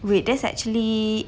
wait that's actually